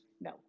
no